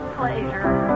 pleasure